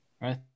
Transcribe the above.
right